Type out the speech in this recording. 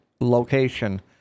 location